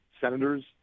senators